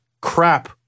crap